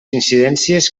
incidències